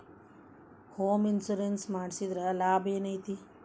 Home insurance ಮಡ್ಸಿದ್ರ ಲಾಭೆನೈತಿ?